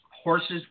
horses